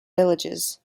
villages